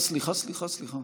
סליחה, סליחה, סליחה.